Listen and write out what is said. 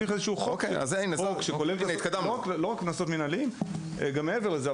צריך לקדם איזה שהוא חוק שלא נוגע רק לקנות מנהליים אלא גם מעבר לזה.